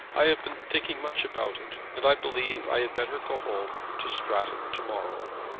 i have been thinking much about it, and i believe i had better go home, to stratton, to-morrow.